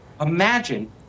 Imagine